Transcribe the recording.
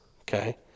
okay